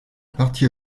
partie